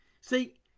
See